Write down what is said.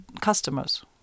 customers